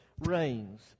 reigns